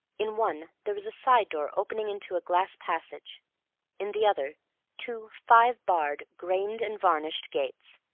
in one there was a side door opening into a glass passage in the other two five-barred, grained-and-varnished gates,